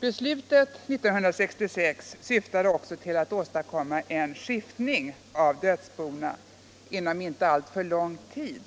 Beslutet 1966 syftade också till att åstadkomma en skiftning av dödsbona inom inte alltför lång tid,